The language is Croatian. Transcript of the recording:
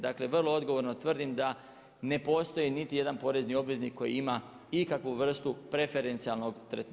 Dakle, vrlo odgovorno tvrdim da ne postoji niti jedan porezni obveznik koji ima ikakvu vrstu preferencijalnog tretmana.